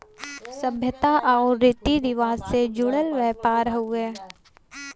सभ्यता आउर रीती रिवाज से जुड़ल व्यापार हउवे